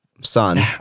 son